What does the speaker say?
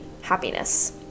happiness